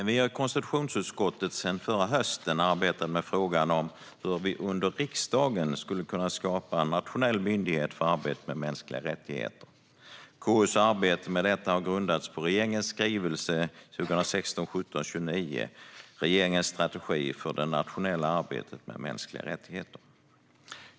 Fru talman! Vi i konstitutionsutskottet har sedan förra hösten arbetat med frågan hur vi under riksdagen skulle kunna skapa en nationell myndighet för arbete med mänskliga rättigheter. KU:s arbete med detta har grundats på regeringens skrivelse 2016/17:29 Regeringens strategi för det nationella arbetet med mänskliga rättigheter .